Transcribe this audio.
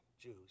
Jews